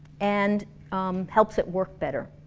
and helps it work better.